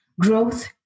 growth